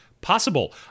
possible